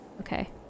Okay